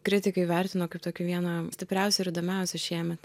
kritikai vertino kaip tokį vieną stipriausių ir įdomiausių šiemet